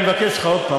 אני מבקש ממך עוד פעם,